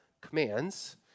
commands